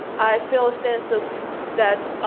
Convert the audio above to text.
i feel a sense of that,